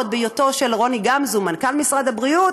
עוד בהיותו של רוני גמזו מנכ"ל משרד הבריאות,